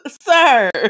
Sir